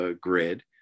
grid